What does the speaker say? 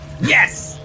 Yes